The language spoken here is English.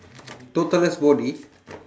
toddler's body